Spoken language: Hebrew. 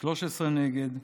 13 נגד,